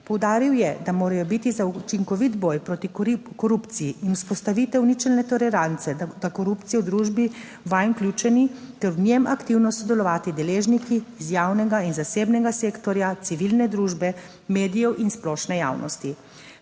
Poudaril je, da morajo biti za učinkovit boj proti korupciji in vzpostavitev ničelne tolerance do korupcije v družbi vanj vključeni ter v njem aktivno sodelovati deležniki iz javnega in zasebnega sektorja, civilne družbe, medijev in splošne javnosti.